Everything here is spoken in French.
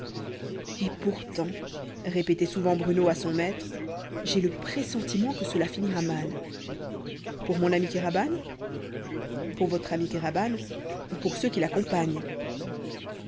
et pourtant répétait souvent bruno à son maître j'ai la pressentiment que cela finira mal pour mon ami kéraban pour votre ami kéraban ou pour ceux qui l'accompagnent